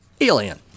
Alien